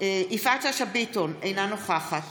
יפעת שאשא ביטון, אינה נוכחת